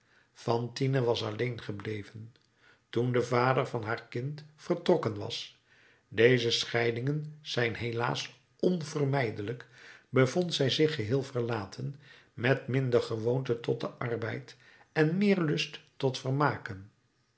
fantine was alleen gebleven toen de vader van haar kind vertrokken was deze scheidingen zijn helaas onvermijdelijk bevond zij zich geheel verlaten met minder gewoonte tot den arbeid en meer lust tot vermaken